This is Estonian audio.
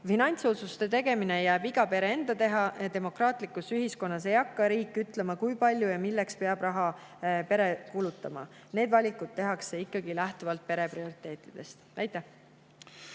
Finantsotsuste tegemine jääb iga pere enda teha. Demokraatlikus ühiskonnas ei hakka riik ütlema, kui palju ja milleks peab raha kulutama. Need valikud tehakse ikka lähtuvalt pere prioriteetidest. Aitäh!